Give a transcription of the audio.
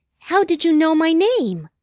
how did you know my name?